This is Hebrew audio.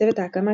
צוות ההקמה,